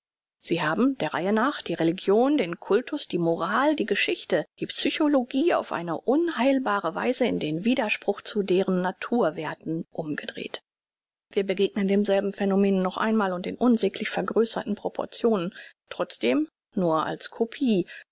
sie haben der reihe nach die religion den cultus die moral die geschichte die psychologie auf eine unheilbare weise in den widerspruch zu deren natur werthen umgedreht wir begegnen demselben phänomene noch einmal und in unsäglich vergrößerten proportionen trotzdem nur als copie